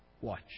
Watch